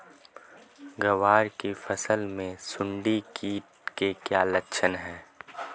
ग्वार की फसल में सुंडी कीट के क्या लक्षण है?